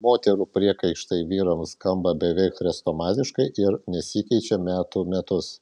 moterų priekaištai vyrams skamba beveik chrestomatiškai ir nesikeičia metų metus